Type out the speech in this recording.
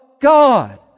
God